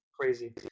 crazy